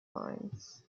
lines